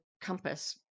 compass